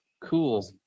Cool